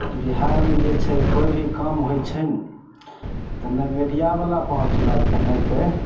बिहारमे जे छै कोइभी काम होइत छै ने तऽ नहि मीडियाबला पहुँचलक नहि केओ